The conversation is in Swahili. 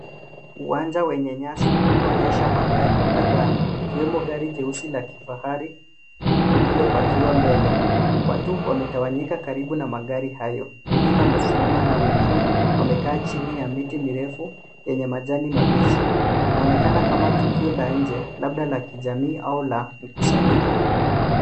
Uwanja wenye nyasi unaonyesha magari kadhaa. Ikiwemo gari jeusi la kifahari lililopakiwa mbele. Watu wametawanyika karibu na magari hayo, wengine wamesimama na wengine wamekaa chini ya miti mirefu yenye majani mabichi. Inaonekana kama tukio la nje labda na kijamii au la mkusanyiko.